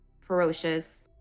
ferocious